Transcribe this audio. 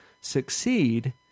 succeed